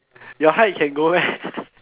your height can go meh